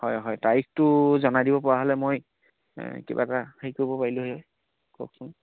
হয় হয় তাৰিখটো জনাই দিব পৰা হ'লে মই কিবা এটা হেৰি কৰিব পাৰিলোঁ হয় কওকচোন